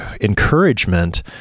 encouragement